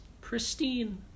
pristine